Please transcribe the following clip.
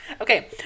Okay